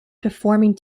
performing